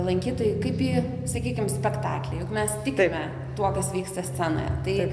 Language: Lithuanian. lankytojai kaip į sakykim spektaklį juk mes tikime tuo kas vyksta scenoje tai